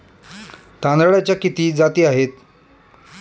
तांदळाच्या किती जाती आहेत?